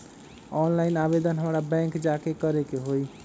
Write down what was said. Online आवेदन हमरा bank जाके करे के होई?